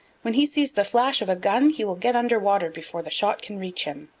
when he sees the flash of a gun he will get under water before the shot can reach him.